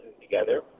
together